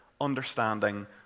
understanding